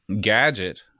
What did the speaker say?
gadget